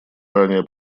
ранее